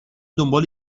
دنبال